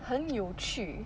很有趣